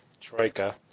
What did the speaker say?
Troika